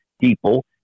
people